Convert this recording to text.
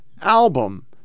album